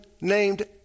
named